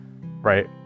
right